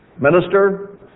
minister